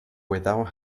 without